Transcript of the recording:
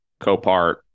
Copart